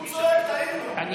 הוא צועק, תעיר לו.